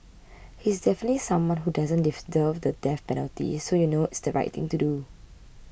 he is definitely someone who doesn't deserve the death penalty so you know it's the right thing to do